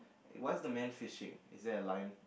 what's the man finishing is there a line